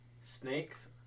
Snakes